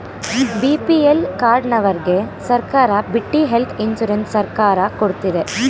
BPL ಕಾರ್ಡನವರ್ಗೆ ಸರ್ಕಾರ ಬಿಟ್ಟಿ ಹೆಲ್ತ್ ಇನ್ಸೂರೆನ್ಸ್ ಸರ್ಕಾರ ಕೊಡ್ತಿದೆ